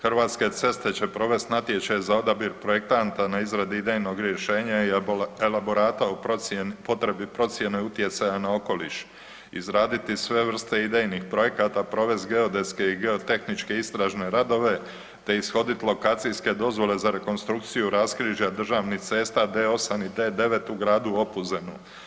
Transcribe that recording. Hrvatske ceste će provest natječaj za odabir projektanta na izradi idejnog rješenja i elaborata u potrebi procijene utjecaja na okoliš, izraditi sve vrste idejnih projekata, provest geodetske i geotehničke istražne radove, te ishodit lokacijske dozvole za rekonstrukciju raskrižja državnih cesta D8 i D9 u gradu Opuzenu.